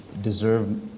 deserve